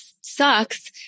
sucks